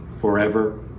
forever